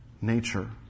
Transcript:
nature